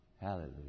Hallelujah